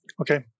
Okay